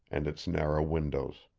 and its narrow windows.